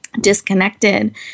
disconnected